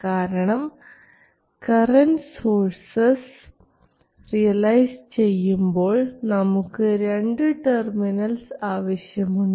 കാരണം current sources realise ചെയ്യുമ്പോൾ നമുക്ക് 2 ടെർമിനൽസ് ആവശ്യമുണ്ട്